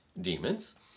demons